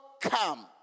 Come